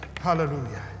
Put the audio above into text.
Hallelujah